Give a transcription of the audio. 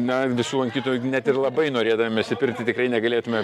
na visų lankytojų net ir labai norėdami išsipirkti tikrai negalėtume